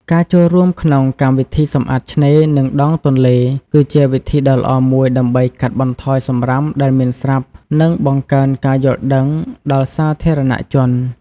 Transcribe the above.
ការចូលរួមក្នុងកម្មវិធីសម្អាតឆ្នេរ និងដងទន្លេ គឺជាវិធីដ៏ល្អមួយដើម្បីកាត់បន្ថយសំរាមដែលមានស្រាប់ និងបង្កើនការយល់ដឹងដល់សាធារណជន។